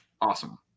awesome